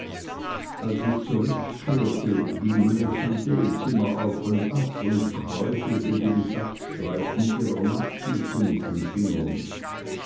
als ich zurückkehrte ging meine tante im zimmer auf und ab und kräuselte die besatzstreifen ihrer nachtmütze mit den fingern